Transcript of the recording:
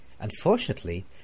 Unfortunately